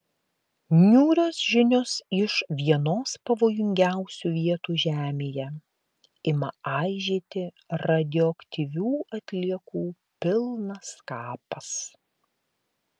niūrios žinios iš vienos pavojingiausių vietų žemėje ima aižėti radioaktyvių atliekų pilnas kapas